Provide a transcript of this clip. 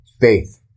Faith